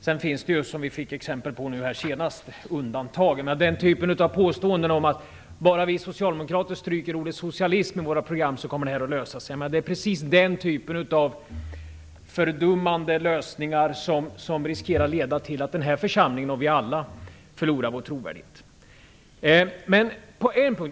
Det finns undantag, som vi fick exempel på nu senast. Den typen av påståenden, att om vi socialdemokrater bara stryker ordet socialism i våra program kommer det att lösa sig, är fördummande lösningar som riskerar att leda till att den här församlingen och vi alla förlorar vår trovärdighet.